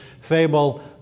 fable